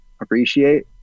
appreciate